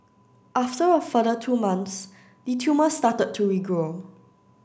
after a further two months the tumour started to regrow